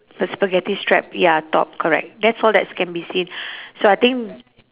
the spaghetti strap ya top correct that's all that's can be seen so I think